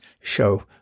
show